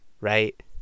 right